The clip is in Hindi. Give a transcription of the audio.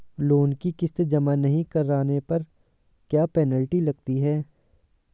लोंन की किश्त जमा नहीं कराने पर क्या पेनल्टी लगती है?